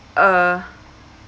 uh